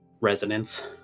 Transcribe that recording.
resonance